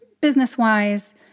business-wise